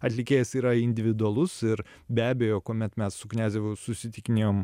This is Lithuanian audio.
atlikėjas yra individualus ir be abejo kuomet mes su kniazevu susitikinėjom